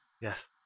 Yes